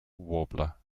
warbler